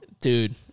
Dude